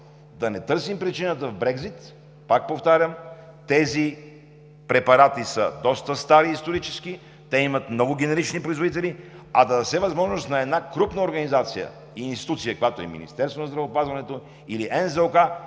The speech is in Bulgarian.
да не търсим причината в Брекзит. Пак повтарям: тези препарати са доста стари исторически, те имат много генерични производители, а да се даде възможност на една крупна организация и институция, каквато е Министерството на здравеопазването или НЗОК,